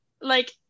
like-